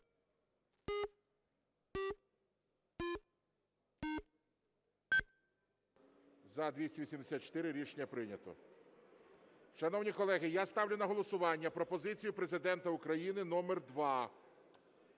За-284 Рішення прийнято. Шановні колеги, я ставлю на голосування пропозицію Президента України номер 2.